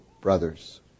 brothers